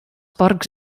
porcs